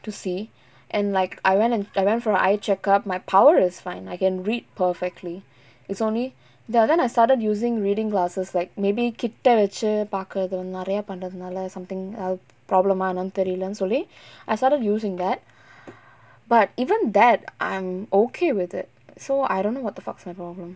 to see and like I went and I went for an eye check up my power is fine I can read perfectly it's only ya then I started using reading glasses like maybe கிட்ட வச்சு பாக்குறது வந்து நெறய பண்றதுனாலே:kitta vachu paakurathu vanthu neraya pandrathunaalae something எதாவது:ethaavathu problem ah என்னனு தெரியல்ல சொல்லி:ennanu theriyalla solli I started using that but even that I'm okay with it so I don't know what the fuck is my problem